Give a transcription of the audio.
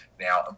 Now